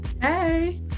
Hey